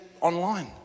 online